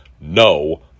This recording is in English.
no